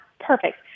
perfect